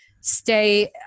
stay